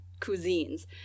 cuisines